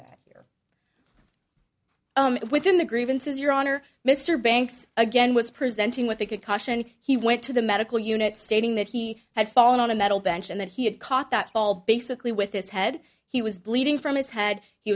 that here within the grievances your honor mr banks again was presenting with a concussion he went to the medical unit stating that he had fallen on a metal bench and that he had caught that fall basically with his head he was bleeding from his head he